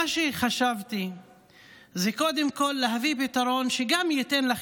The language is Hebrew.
מה שחשבתי זה קודם כול להביא פתרון שייתן מענה